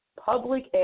Public